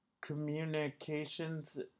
communications